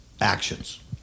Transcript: actions